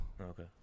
Okay